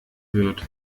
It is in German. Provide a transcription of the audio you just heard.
wird